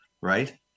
right